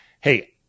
hey